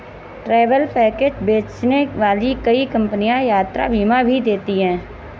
travel package बेचने वाली कई कंपनियां यात्रा बीमा भी देती हैं